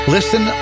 Listen